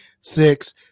six